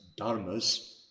dharmas